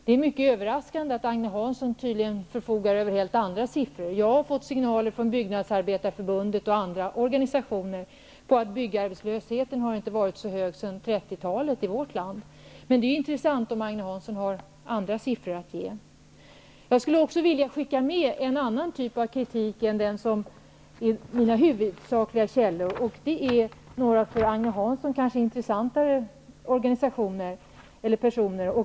Det är mycket överraskande att Agne Hansson tydligen förfogar över helt andra siffror. Jag har fått signaler från Byggnadsarbetareförbundet och andra organisationer om att byggarbetslösheten inte har varit så hög i vårt land sedan 30-talet. Men det är intressant om Agne Hansson har andra siffror att ge. Jag skulle också vilja skicka med en annan typ av kritik, som kommer från andra än mina huvudsakliga källor. Det är några för Agne Hansson kanske intressantare personer.